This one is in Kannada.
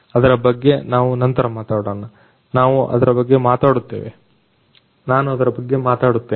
ಅದರ ಬಗ್ಗೆ ನಾವು ನಂತರ ಮಾತಾಡೋಣ ನಾನು ಅದರ ಬಗ್ಗೆ ಮತಾಡುತ್ತೇನೆ